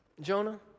Jonah